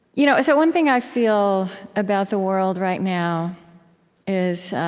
you know ah so one thing i feel about the world right now is,